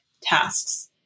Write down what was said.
tasks